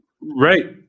Right